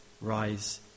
rise